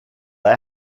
they